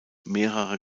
mehrerer